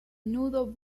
nudo